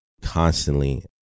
constantly